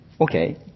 Okay